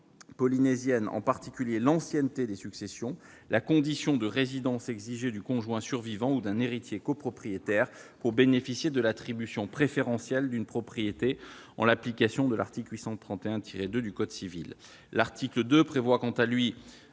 polynésiennes, en particulier l'ancienneté des successions, la condition de résidence exigée du conjoint survivant ou d'un héritier copropriétaire pour bénéficier de l'attribution préférentielle d'une propriété en application de l'article 831-2 du code civil. L'article 2 prévoit, quant à lui,